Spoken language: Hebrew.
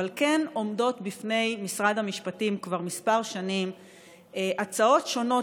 אבל כן עומדות בפני משרד המשפטים כבר כמה שנים הצעות שונות